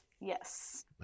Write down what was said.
Yes